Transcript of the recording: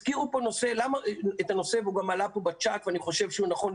הזכירו פה נושא והוא עלה פה גם בצ'אט ואני חושב שהוא נכון,